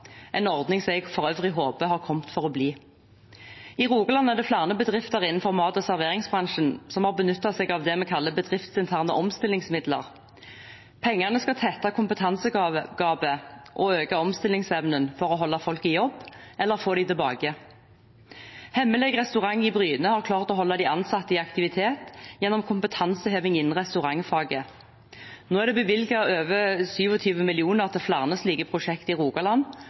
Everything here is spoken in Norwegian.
en ordning som jeg for øvrig håper har kommet for å bli. I Rogaland er det flere bedrifter innenfor mat- og serveringsbransjen som har benyttet seg av det vi kaller bedriftsinterne omstillingsmidler. Pengene skal tette kompetansegapet og øke omstillingsevnen for å holde folk i jobb eller få dem tilbake. Hemmeleg restaurant i Bryne har klart å holde de ansatte i aktivitet gjennom kompetanseheving innen restaurantfaget. Nå er det bevilget over 27 mill. kr til flere slike prosjekt i Rogaland